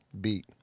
beat